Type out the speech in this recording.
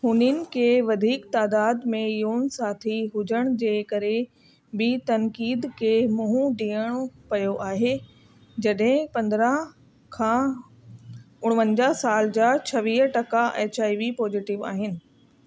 उन्हनि खे वधीक तादाद में यौन साथी हुजण जे करे बि तनक़ीद खे मुंहुं ॾियणो पियो आहे जड॒हिं पंदरहां खां उणवंजाह साल जा छवीह टका एच आई वी पॉज़िटिव आहिनि